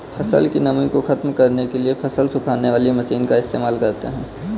फसल की नमी को ख़त्म करने के लिए फसल सुखाने वाली मशीन का इस्तेमाल करते हैं